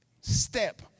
step